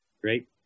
Great